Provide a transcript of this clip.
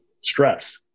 stress